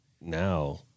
now